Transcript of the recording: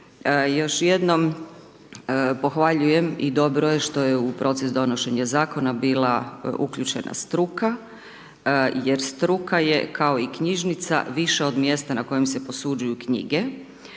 Još jednom, pohvaljujem i dobro je što je u proces donošenja zakona bila uključena struka jer struka je kao i knjižnica više od mjesta na kojem se posuđuju knjige.